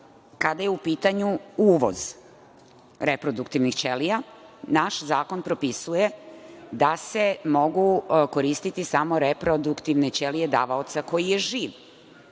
kada je u pitanju uvoz reproduktivnih ćelija, naš zakon propisuje da se mogu koristiti samo reproduktivne ćelije davaoca koji je živ.